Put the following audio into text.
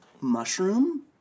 mushroom